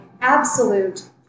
absolute